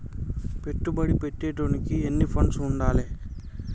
పెట్టుబడి పెట్టేటోనికి ఎన్ని ఫండ్స్ ఉండాలే?